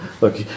Look